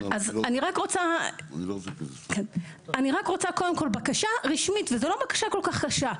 אז אני רק רוצה קודם כל בקשה רשמית וזו לא בקשה כל כך קשה,